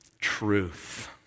Truth